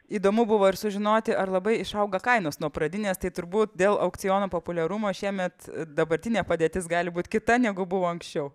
įdomu buvo ir sužinoti ar labai išauga kainos nuo pradinės tai turbūt dėl aukciono populiarumo šiemet dabartinė padėtis gali būt kita negu buvo anksčiau